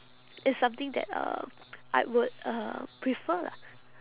it's something that um I would uh prefer lah